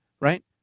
right